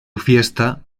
fiesta